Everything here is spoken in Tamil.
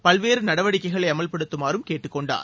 பல்வேறு நடவடிக்கைகளை அமல்படுத்தமாறும் கேட்டுக்கொண்டார்